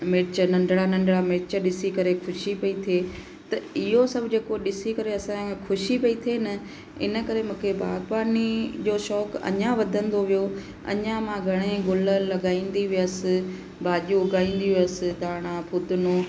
मिर्चु नंढिड़ा नंढिड़ा मिर्चु ॾिसी करे ख़ुशी पई थिए त इहो सभु जेको ॾिसी करे असांखे ख़ुशी पई थिए न इन करे मूंखे बाग़बानी जो शौक़ु अञा वधंदो वियो अञा मां घणे गुल लॻाईंदी हुअसि भाॼियूं उगाईंदी हुअसि धाणा फुदिनो